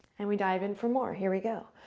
and we dive in for more. here we go.